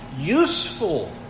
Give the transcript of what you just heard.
useful